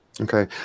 Okay